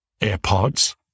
AirPods